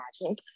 magic